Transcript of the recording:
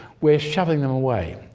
we're shoving them away.